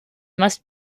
must